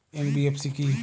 NBFC কী?